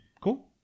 Cool